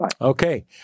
Okay